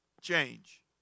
change